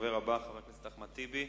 הדובר הבא, חבר הכנסת אחמד טיבי,